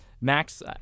Max